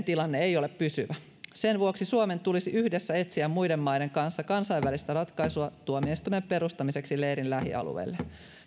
tilanne ei ole pysyvä sen vuoksi suomen tulisi yhdessä etsiä muiden maiden kanssa kansainvälistä ratkaisua tuomioistuimen perustamiseksi leirin lähialueelle